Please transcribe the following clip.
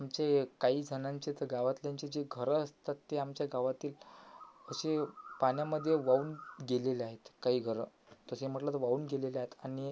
आमचे काहीजणांचे तर गावातल्यांचे जे घरं असतात ते आमच्या गावातील असे पाण्यामध्ये वाहून गेलेला आहेत काही घरं तसे म्हटलं तर वाहून गेलेले आहेत आणि